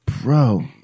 bro